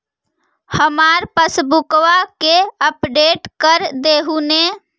हमार पासबुकवा के अपडेट कर देहु ने?